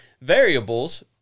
Variables